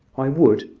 i would.